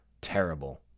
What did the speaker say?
terrible